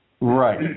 right